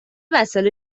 وسایل